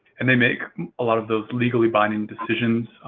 and they make a lot of those legally binding decisions,